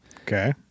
Okay